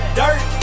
dirt